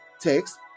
text